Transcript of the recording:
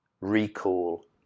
recall